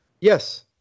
Yes